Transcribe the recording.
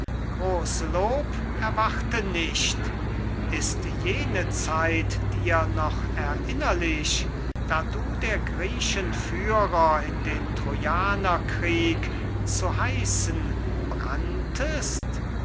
groß lob erwarte nicht ist jene zeit dir noch erinnerlich da du der griechen führer in den trojanerkrieg zu heißen branntest